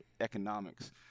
economics